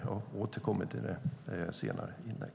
Jag återkommer till det i senare inlägg.